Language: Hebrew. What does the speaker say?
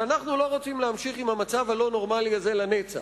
שאנו לא רוצים להמשיך עם המצב הלא-נורמלי הזה לנצח,